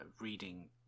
reading